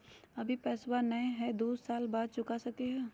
अभि पैसबा नय हय, दू साल बाद चुका सकी हय?